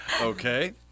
Okay